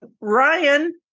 Ryan